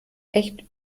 echt